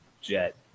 jet